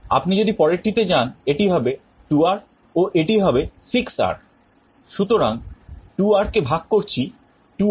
আপনি যদি পরেরটিতে যান এটি হবে 2R ও এটি হবে 6R সুতরাং 2Rকে ভাগ করছি দিয়ে